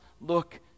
look